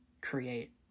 create